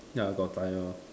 ya got tired lor